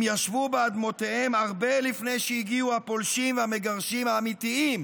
הם ישבו באדמותיהם הרבה לפני שהגיעו הפולשים והמגרשים האמיתיים,